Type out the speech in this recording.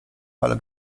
ale